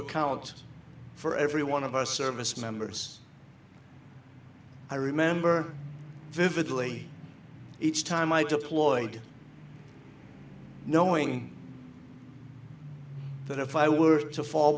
account for every one of our service members i remember vividly each time i took lloyd knowing that if i were to fall